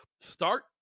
start